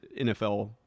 NFL